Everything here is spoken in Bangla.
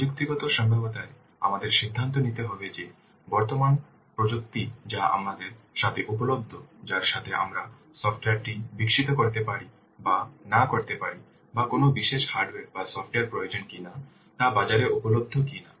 প্রযুক্তিগত সম্ভাব্যতা এ আমাদের সিদ্ধান্ত নিতে হবে যে বর্তমান প্রযুক্তি যা আমাদের সাথে উপলব্ধ যার সাথে আমরা সফ্টওয়্যারটি বিকশিত করতে পারি বা না করতে পারি বা কোনও বিশেষ হার্ডওয়্যার বা সফ্টওয়্যার প্রয়োজন কিনা তা বাজারে উপলব্ধ কিনা